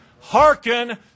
hearken